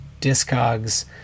discogs